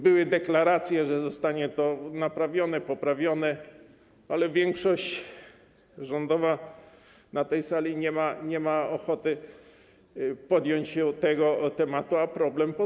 Były deklaracje, że zostanie to naprawione, poprawione, ale większość rządowa na tej sali nie ma ochoty podjąć się tego tematu, a problem pozostał.